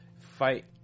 fight